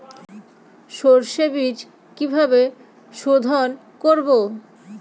সর্ষে বিজ কিভাবে সোধোন করব?